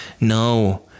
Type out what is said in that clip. no